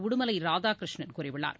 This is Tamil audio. உடுமலை ராதாகிருஷ்ணன் கூறியுள்ளார்